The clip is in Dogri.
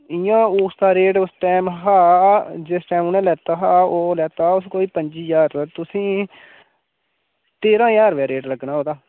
इ'यां उस दा रेट उस टाईम हा जिस टाईम उ'नें लैता हा ओह् लैता उस कोई पंजी ज्हार ते तुसें ई तेरां ज्हार रपेआ रेट लग्गना ओह्दा